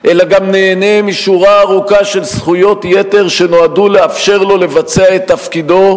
אלא גם נהנה משורה ארוכה של זכויות יתר שנועדו לאפשר לו לבצע את תפקידו,